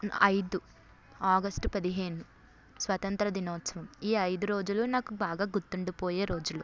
ఐదు ఆగస్ట్ పదిహేను స్వతంత్ర దినోత్సవం ఈ ఐదు రోజులు నాకు బాగా గుర్తుండిపోయే రోజులు